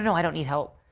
you know i don't need help.